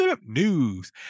news